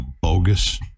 bogus